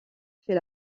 fait